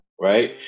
right